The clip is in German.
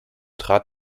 trat